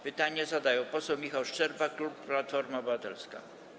Pytanie zadaje poseł Michał Szczerba, klub Platforma Obywatelska.